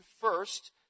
first